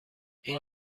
این